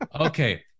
Okay